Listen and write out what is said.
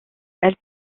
elle